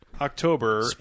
October